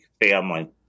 family